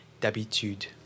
d'habitude